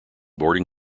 boarding